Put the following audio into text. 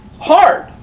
Hard